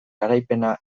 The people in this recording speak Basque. garaipena